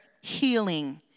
healing